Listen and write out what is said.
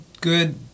good